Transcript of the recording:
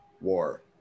war